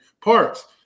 parts